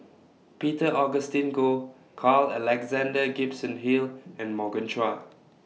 Peter Augustine Goh Carl Alexander Gibson Hill and Morgan Chua